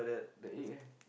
the egg leh